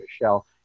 michelle